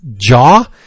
jaw